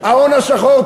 ההון השחור,